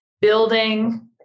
building